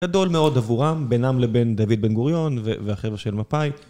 גדול מאוד עבורם בינם לבין דוד בן גוריון והחברה של מפאי